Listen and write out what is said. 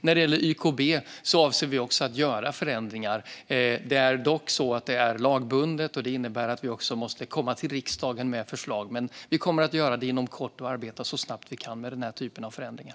När det gäller YKB avser vi också att göra förändringar. Det är dock så att det är lagbundet, vilket innebär att vi måste komma till riksdagen med förslag. Vi kommer att göra det inom kort och arbetar så snabbt vi kan med den här typen av förändringar.